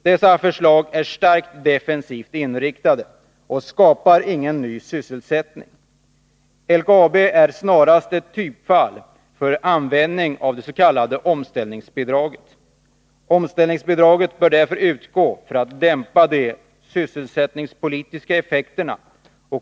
Dessa förslag är starkt defensivt inriktade och skapar ingen ny sysselsättning. LKAB är snarast ett typfall för användning av det s.k. omställningsbidraget. Omställningsbidraget bör därför utgå för att dämpa de sysselsättningspolitiska effekterna.